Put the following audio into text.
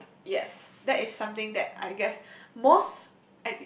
good yes that is something that I guess most